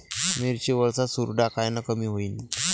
मिरची वरचा चुरडा कायनं कमी होईन?